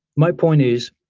my point is,